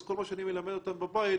אז כל מה שאני מלמד אותם בבית,